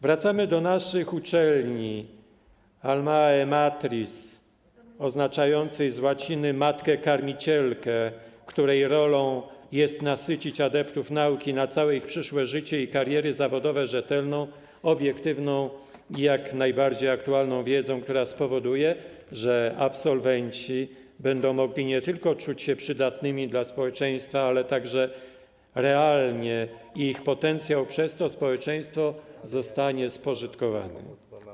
Wracamy do naszych uczelni, almae matris, co oznacza w łacinie matkę karmicielkę, której rolą jest nasycić adeptów nauki na całe ich przyszłe życie i kariery zawodowe rzetelną, obiektywną i jak najbardziej aktualną wiedzą, która spowoduje, że absolwenci będą mogli nie tylko czuć się przydatni dla społeczeństwa, ale także realnie i ich potencjał przez to społeczeństwo zostanie spożytkowane.